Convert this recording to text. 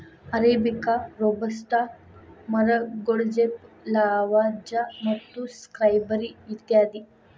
arabica, robusta, ಮರಗೋಡಜೇಪ್, Lavazza ಮತ್ತು ಸ್ಕೈಬರಿ ಇತ್ಯಾದಿ